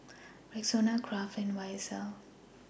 Rexona Kraft and Y S L